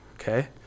okay